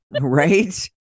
right